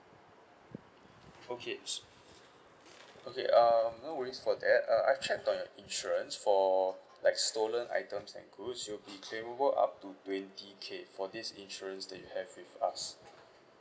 okay s~ okay um no worries about that uh I checked on your insurance for like stolen items and goods it will claimable up to twenty K for this insurance that you have with us